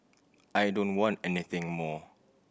I don't want anything more